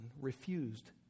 refused